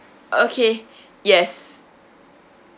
okay yes